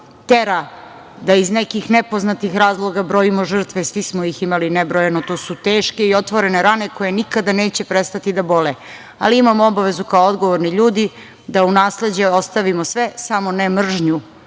tera da iz nekih nepoznatih razloga brojimo žrtve, svi smo ih imali nebrojano. To su teške i otvorene rane koje nikada neće prestati da bole. Ali, imamo obavezu kao odgovorni ljudi da u nasleđe ostavimo sve samo ne mržnju